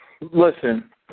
Listen